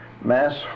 Mass